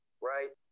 right